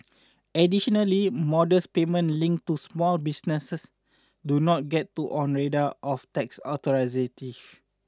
additionally modest payments linked to small business do not get on the radar of tax authorities